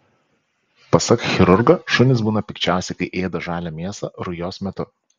pasak chirurgo šunys būna pikčiausi kai ėda žalią mėsą rujos metu